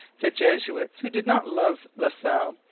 the jesuits, who did not love la salle,